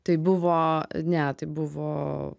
tai buvo ne tai buvo